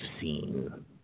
seen